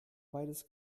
beides